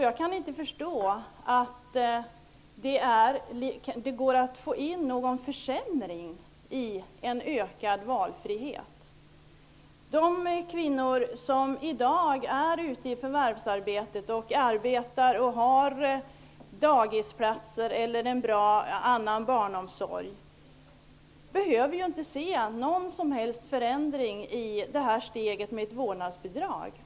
Jag kan inte förstå att man kan tycka att ökad valfrihet innebär en försämring. De kvinnor som i dag förvärvsarbetar och har dagisplatser eller annan barnomsorg som är bra behöver ju inte se någon som helst förändring genom att vi tar steget att införa ett vårdnadsbidrag.